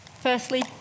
firstly